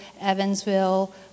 Evansville